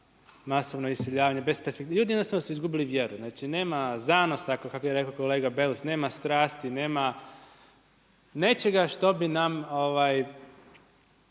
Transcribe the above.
masovno iseljavanje, ljudi su jednostavno izgubili vjeru. Znači nema zanosa kako je rekao kolega Beus, nema strasti, nema nečega što bi